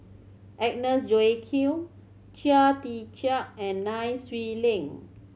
Agnes Joaquim Chia Tee Chiak and Nai Swee Leng